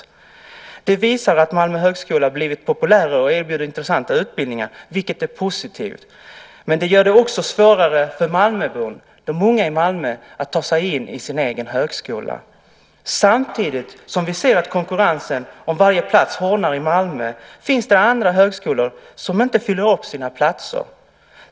Det visar att Malmö högskola blivit populärare och erbjuder intressanta utbildningar, vilket är positivt. Men det gör det också svårare för de unga i Malmö att ta sig in i sin egen högskola. Samtidigt som vi ser att konkurrensen om varje plats hårdnar i Malmö finns det andra högskolor som inte fyller sina platser.